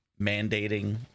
mandating